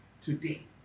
today